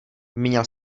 měl